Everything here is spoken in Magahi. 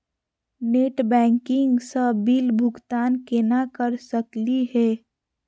नेट बैंकिंग स बिल भुगतान केना कर सकली हे?